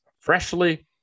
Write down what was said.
freshly